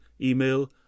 email